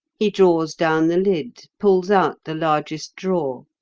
he draws down the lid, pulls out the largest drawer.